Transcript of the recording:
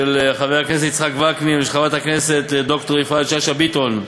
של חבר הכנסת יצחק וקנין ושל חברת הכנסת ד"ר יפעת שאשא ביטון,